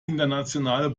internationale